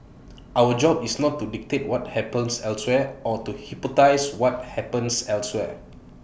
our job is not to dictate what happens elsewhere or to hypothesise what happens elsewhere